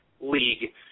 league